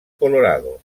colorado